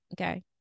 okay